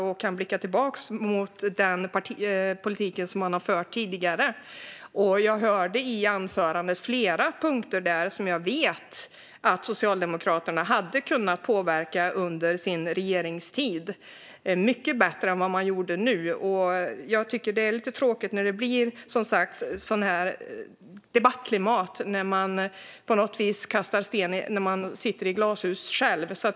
Man kan blicka tillbaka på den politik som man har fört tidigare. Jag hörde i anförandet flera punkter där jag vet att Socialdemokraterna hade kunnat påverka under sin regeringstid mycket bättre än vad man gjorde. Jag tycker som sagt att det är lite tråkigt när det blir ett sådant här debattklimat, där man kastar sten i glashus.